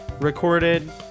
recorded